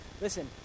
listen